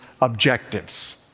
objectives